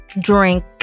drink